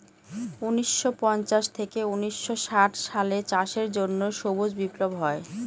উনিশশো পঞ্চাশ থেকে উনিশশো ষাট সালে চাষের জন্য সবুজ বিপ্লব হয়